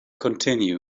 continue